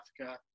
Africa